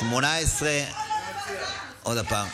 18. עוד פעם.